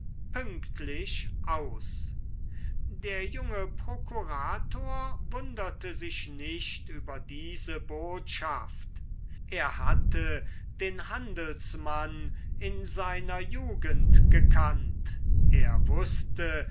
pünktlich aus der junge prokurator wunderte sich nicht über diese botschaft er hatte den handelsmann in seiner jugend gekannt er wußte